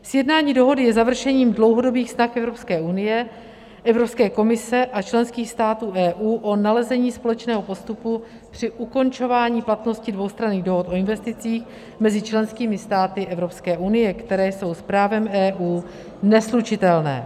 Sjednání dohody je završením dlouhodobých vztahů Evropské unie, Evropské komise a členských států EU o nalezení společného postupu při ukončování platnosti dvoustranných dohod o investicích mezi členskými státy Evropské unie, které jsou s právem EU neslučitelné.